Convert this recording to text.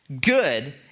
good